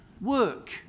work